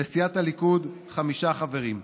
לסיעת הליכוד חמישה חברים,